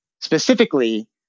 Specifically